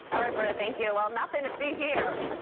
all right, britta, thank you. well, nothing to see here.